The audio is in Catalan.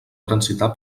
transitar